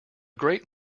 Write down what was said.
great